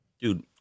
dude